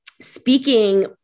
speaking